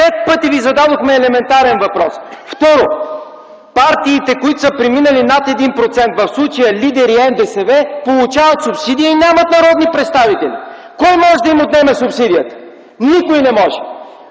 Пет пъти Ви зададохме елементарен въпрос! Второ, партиите, които са преминали над 1%, в случая – „Лидер” и НДСВ, получават субсидия и нямат народни представители! Кой може да им отнеме субсидията? Никой не може!